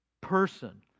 person